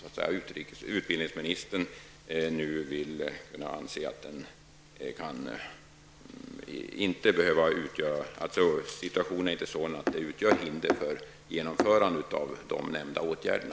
Anser utbildningsministern att situationen inte är sådan att det utgör ett hinder för genomförande av de nämnda åtgärderna?